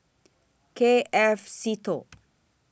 K F Seetoh